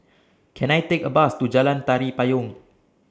Can I Take A Bus to Jalan Tari Payong